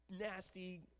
nasty